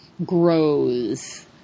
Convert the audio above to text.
Grows